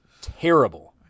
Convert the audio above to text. terrible